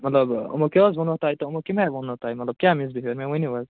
مطلب یِمو کیٛاہ حظ وُنو تۄہہِ تہٕ یِمو کمہِ آیہِ ووٚنو تۄہہِ مطلب کیٛاہ مِس بِہیویر مےٚ ؤنِو حظ